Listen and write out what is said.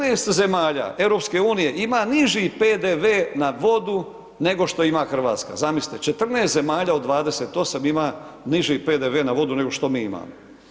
14 zemalja EU ima niži PDV na vodu, nego što ima RH, zamislite 14 zemalja od 28 ima niži PDV na vodu nego što mi imamo.